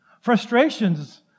Frustrations